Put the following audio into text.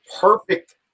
perfect